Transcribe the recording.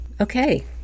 Okay